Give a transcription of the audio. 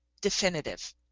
definitive